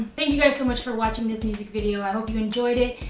thank you guys so much for watching this music video i hope you enjoyed it!